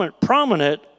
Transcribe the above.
prominent